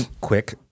quick